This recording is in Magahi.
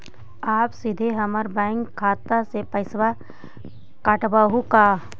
आप सीधे हमर बैंक खाता से पैसवा काटवहु का?